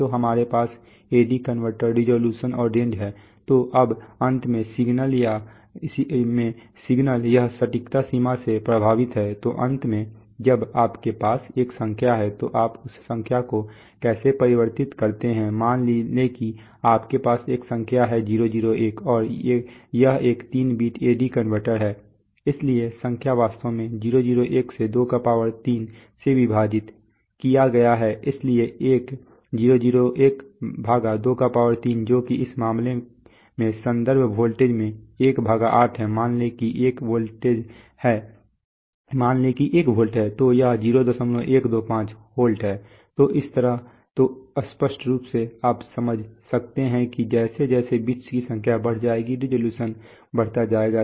तो हमारे पास एडी कनवर्टर रिज़ॉल्यूशन और रेंज है तो अब अंत में सिग्नल यह सटीकता सीमा से प्रभावित है तो अंत में जब आपके पास एक संख्या है तो आप उस संख्या को कैसे परिवर्तित करते हैं मान लें कि आपके पास एक संख्या है 001 और यह एक 3 बिट AD कन्वर्टर है इसलिए संख्या वास्तव में 001 को 23 से विभाजित किया गया है इसलिए 1 00123 जो कि इस मामले में संदर्भ वोल्टेज में 18 है मान लें कि 1 वोल्ट है तो यह 0125 वोल्ट है